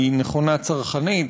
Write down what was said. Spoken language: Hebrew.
היא נכונה צרכנית,